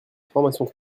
formation